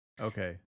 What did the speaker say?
Okay